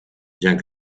jean